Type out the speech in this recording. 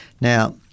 Now